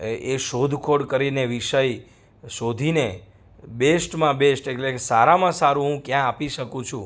એ શોધખોળ કરીને એ વિષય શોધીને બેસ્ટમાં બેસ્ટ એટલે સારામાં સારું હું ક્યાં આપી શકું છું